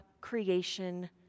creation